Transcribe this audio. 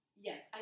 Yes